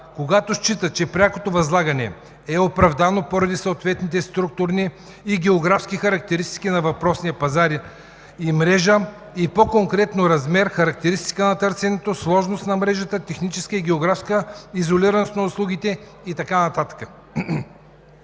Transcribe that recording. когато счита, че прякото възлагане е оправдано поради съответните структурни и географски характеристики на въпросния пазар и мрежа, и по-конкретно размер, характеристика на търсенето, сложност на мрежата, техническа и географска изолираност на услугите и така